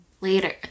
later